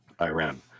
Iran